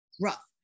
rough